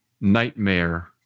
nightmare